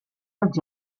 els